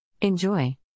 Enjoy